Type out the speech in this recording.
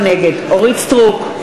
נגד אורית סטרוק,